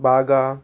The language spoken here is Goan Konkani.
बागा